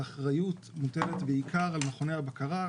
האחריות מוטלת בעיקר על מכוני הבקרה,